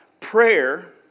Prayer